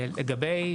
לגבי